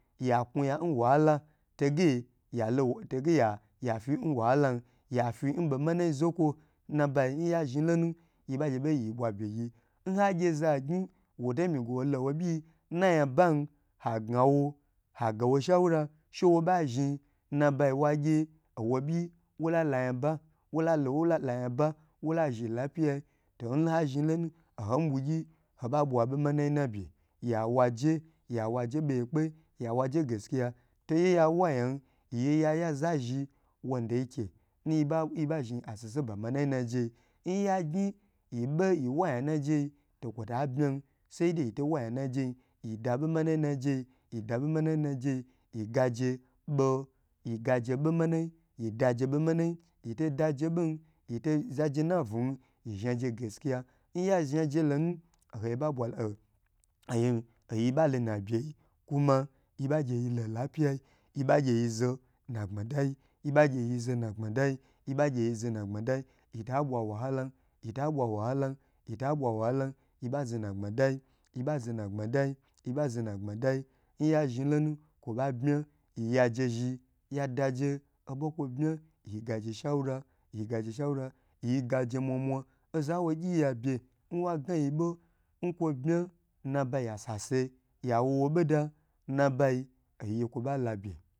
Ya kuya nwahala nge toge n wahala n yafi n bomanai zokwo nnaba n yazhi lonu yiba gyi ye bwa begyi nhagye za gyn wo tomi ge wole nwo byi nnaya ban ha gna wo hagawo shawara she wo ba zhn nabayi wage nwo byi wolo lo yaba, wolalo wola loya wola zhi n lafia. To nha zahi lon u hoba bwa bomomai na be yawayi yawa je beye kpe yawaje gaskiya to ya wayan yaye za zhi wande ike yi ba bwa asese ba manayi nnayiyi nya gyn yebe yiwaya najuyi to kwota bma said yito wayan naje yedabomanyi nnaje, yida bomanayi naje yeo aj bo yidaje bomanai yidaje bo manayi yito daje bon yidagaskiya nya zhaji lonu nho oy ba lonabeyi kuma yi ba gye yi lafiya ya zo nagbadayi kuma yi ba yilo lafia yibagye yi zo nagbadayi yiba zonagbadayi yiba zonagbaday nya zhilon kwoba bma yiya je zhi yadaje obokwo bma yi ga je shura yi gaje shana yigaje mwa mwa za wogyi ha be nwo gna ho bo nkwo bma nna bayi ya sase ya wowo boda nnabayi